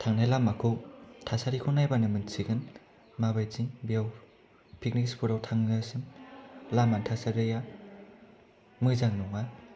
थांनाय लामाखौ थासारिखौ नायबानो मिनथिगोन माबायदि बेयाव पिकनिक स्प'टआव थांनायसिम लामानि थासारिआ मोजां नङा